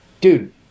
Dude